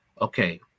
okay